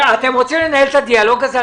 אתם רוצים לנהל את הדיאלוג הזה?